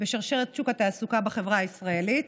בשרשרת שוק התעסוקה בחברה הישראלית.